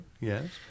Yes